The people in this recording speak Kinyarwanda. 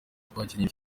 twakinnye